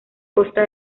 costa